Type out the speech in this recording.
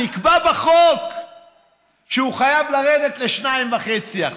נקבע בחוק שהוא חייב לרדת ל-2.5%.